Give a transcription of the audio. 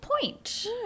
point